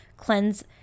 cleanse